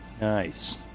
Nice